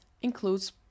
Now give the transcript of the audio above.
includes